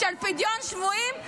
של פדיון שבויים?